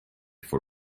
for